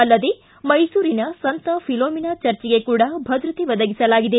ಅಲ್ಲದೇ ಮೈಸೂರಿನ ಸಂತ ಫಿಲೋಮಿನಾ ಚರ್ಚ್ಗೆ ಕೂಡ ಭದ್ರತೆ ಒದಗಿಸಲಾಗಿದೆ